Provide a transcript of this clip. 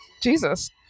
Jesus